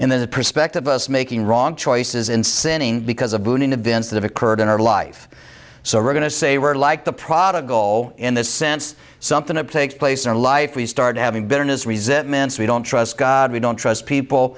and then the perspective of us making wrong choices in sinning because a boon in events that occurred in our life so we're going to say we're like the prodigal in this sense something up takes place in our life we start having bitterness resentments we don't trust god we don't trust people